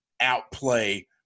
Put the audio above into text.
outplay